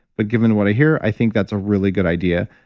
but given what i hear, i think that's a really good idea.